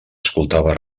escoltava